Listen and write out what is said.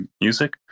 music